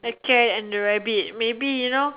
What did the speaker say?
a cat and a rabbit maybe you know